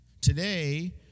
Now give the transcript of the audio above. Today